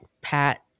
Pat